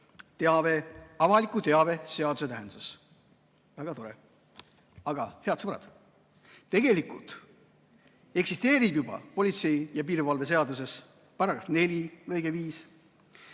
teave avaliku teabe seaduse tähenduses." Väga tore. Aga, head sõbrad, tegelikult eksisteerib juba politsei ja piirivalve seaduses § 4 lõige 5,